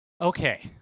Okay